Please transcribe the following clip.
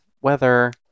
weather